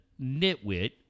nitwit